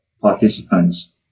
participants